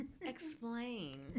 Explain